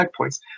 checkpoints